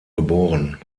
geboren